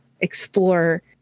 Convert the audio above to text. explore